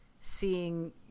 seeing